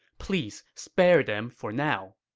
please spare them for now.